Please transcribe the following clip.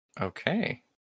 Okay